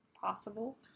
possible